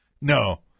No